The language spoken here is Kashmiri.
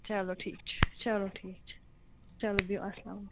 چلو ٹھیٖک چھُ چلو ٹھیٖک چھُ چلو بِہِو اَلسلامُ